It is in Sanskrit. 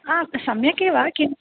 सम्यकेव किं